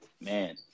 Man